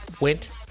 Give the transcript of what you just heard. went